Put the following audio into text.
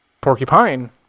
Porcupine